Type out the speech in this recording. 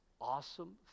awesome